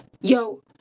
yo